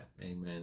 amen